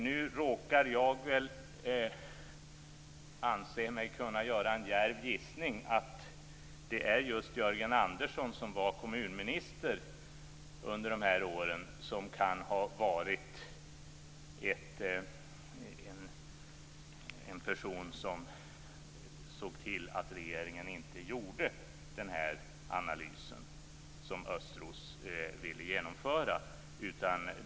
Nu råkar jag mig anse att jag kan göra en djärv gissning att det är Jörgen Andersson - som var kommunminister under dessa år - som kan ha varit en person som såg till att regeringen inte gjorde den analys som Östros ville genomföra.